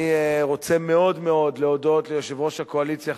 אני רוצה מאוד מאוד להודות ליושב-ראש הקואליציה,